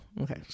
okay